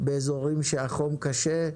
באזורים שבהם החום קשה,